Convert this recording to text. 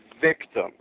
victim